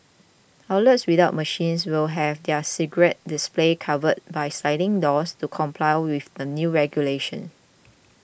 outlets without machines will have their cigarette displays covered by sliding doors to comply with the new regulations